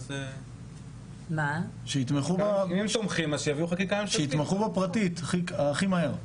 שיתמכו בפרטית, הכי מהר.